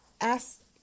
Ask